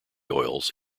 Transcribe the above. oils